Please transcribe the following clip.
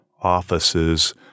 offices